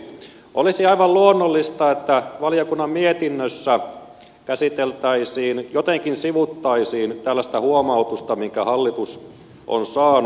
olisi aivan luonnollista että valiokunnan mietinnössä käsiteltäisiin jotenkin sivuttaisiin tällaista huomautusta minkä hallitus on saanut